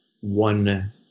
one